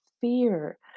fear